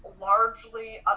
largely